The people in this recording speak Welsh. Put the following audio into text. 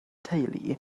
teulu